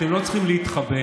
אתם לא צריכים להתחבא,